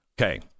okay